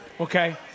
Okay